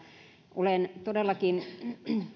olen todellakin